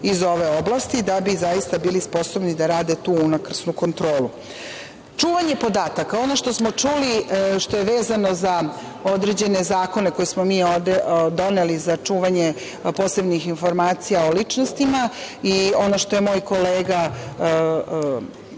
iz ove oblasti, da bi zaista bili sposobni da rade tu unakrsnu kontrolu. Čuvanje podataka, ono što smo čuli i što je vezano za određene zakone koje smo mi doneli za čuvanje posebnih informacija o ličnostima i ono što je moj kolega